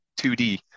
2D